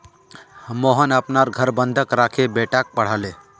मोहन अपनार घर बंधक राखे बेटाक पढ़ाले